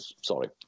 sorry